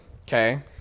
Okay